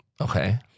Okay